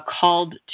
called